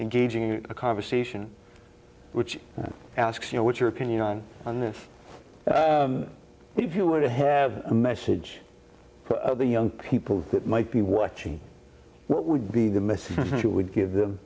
engaging in a conversation which asks you know what your opinion on this if you were to have a message for the young people that might be watching what would be the message you would give the